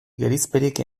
gerizperik